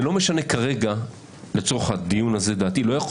ולא משנה כרגע לצורך הדיון הזה דעתי כי לא יכול